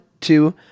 two